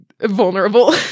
vulnerable